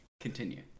Continue